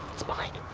it's mike.